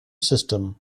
system